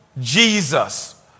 Jesus